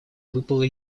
выпала